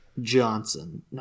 Johnson